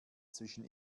zwischen